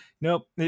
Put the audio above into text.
Nope